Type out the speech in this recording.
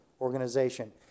organization